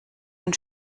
ein